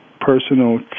personal